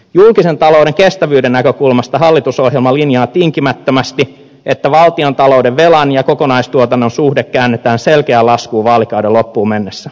julkisen talouden kestävyyden näkökulmasta hallitusohjelma linjaa tinkimättömästi että valtiontalouden velan ja kokonaistuotannon suhde käännetään selkeään laskuun vaalikauden loppuun mennessä